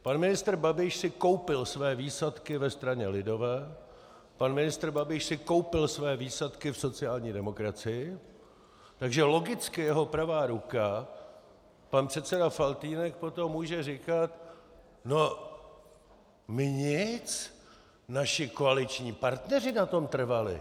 Pan ministr Babiš si koupil své výsadky ve straně lidové, pan ministr Babiš si koupil své výsadky v sociální demokracii, takže logicky jeho pravá ruka pan předseda Faltýnek potom může říkat no, my nic, naši koaliční partneři na tom trvali...